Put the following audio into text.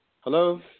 Hello